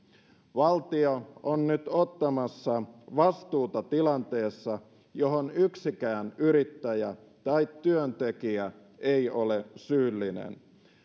valtio on nyt ottamassa vastuuta tilanteessa johon yksikään yrittäjä tai työntekijä ei ole syyllinen